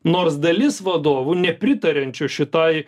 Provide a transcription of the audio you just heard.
nors dalis vadovų nepritariančių šitai